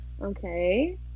okay